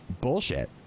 bullshit